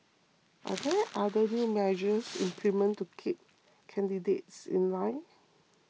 are there other new measures implemented to keep candidates in line